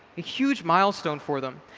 a huge milestone for them.